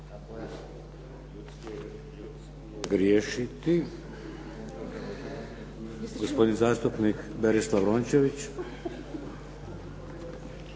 (HDZ)** Gospodin zastupnik Berislav Rončević.